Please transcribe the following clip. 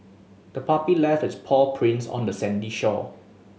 the puppy left its paw prints on the sandy shore